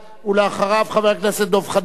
ואחריו, חבר הכנסת דב חנין.